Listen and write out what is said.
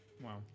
Wow